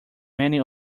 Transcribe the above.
many